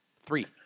three